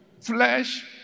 Flesh